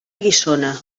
guissona